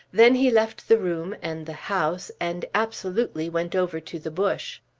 then he left the room and the house and absolutely went over to the bush.